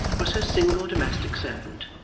was her single domestic servant,